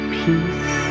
peace